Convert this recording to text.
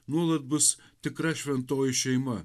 nuolat bus tikra šventoji šeima